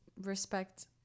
respect